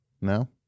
No